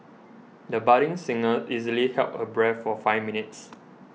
the budding singer easily held her breath for five minutes